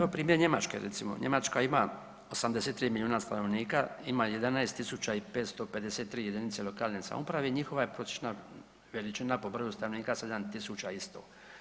Evo primjer Njemačke recimo, Njemačka ima 83 milijuna stanovnika, ima 11.553 jedinice lokalne samouprave i njihova je prosječna veličina po broju stanovnika 7.100.